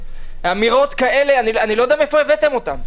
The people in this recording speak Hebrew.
אמירות כאלה אני לא יודע מאיפה הבאתם אותן.